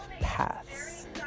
paths